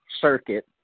circuit